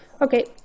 Okay